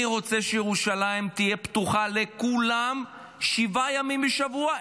אני רוצה שירושלים תהיה פתוחה לכולם שבעה ימים בשבוע,